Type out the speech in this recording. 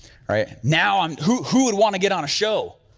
right, now, um who who would wanna get on a show?